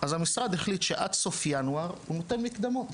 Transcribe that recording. אז המשרד החליט שעד סוף ינואר הוא נותן מקדמות.